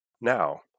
Now